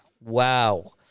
Wow